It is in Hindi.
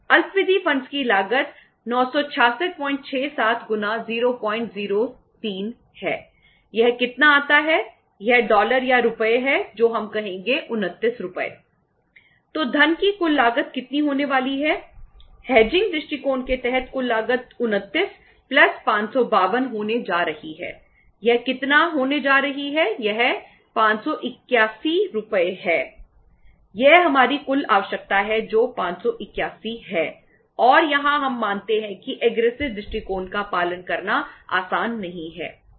अल्पावधि फंडस दृष्टिकोण का पालन करना आसान नहीं है